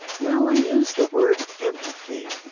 well, i use the word empathy.